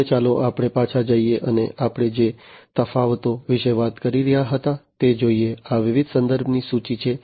હવે ચાલો આપણે પાછા જઈએ અને આપણે જે તફાવતો વિશે વાત કરી રહ્યા હતા તે જોઈએ આ વિવિધ સંદર્ભોની સૂચિ છે